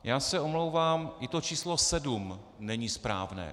Já se omlouvám, i to číslo sedm není správné.